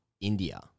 India